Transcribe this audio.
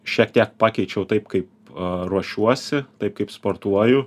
šiek tiek pakeičiau taip kaip ruošiuosi taip kaip sportuoju